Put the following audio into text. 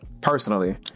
Personally